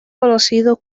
conocido